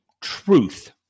truth